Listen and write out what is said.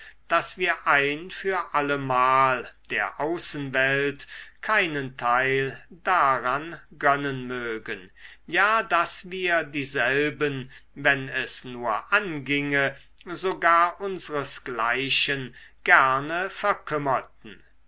daß wir ein für allemal der außenwelt keinen teil daran gönnen mögen ja daß wir dieselben wenn es nur anginge sogar unsresgleichen gerne verkümmerten